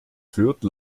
fürth